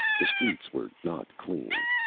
the streets were not clean.